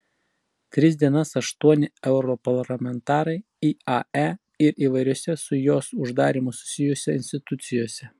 tris dienas aštuoni europarlamentarai iae ir įvairiose su jos uždarymu susijusiose institucijose